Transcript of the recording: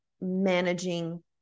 managing